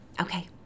Okay